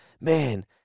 man